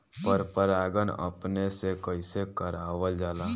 पर परागण अपने से कइसे करावल जाला?